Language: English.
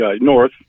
North